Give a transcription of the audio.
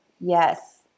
yes